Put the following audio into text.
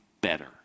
better